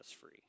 free